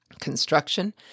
construction